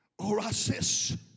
orasis